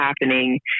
happening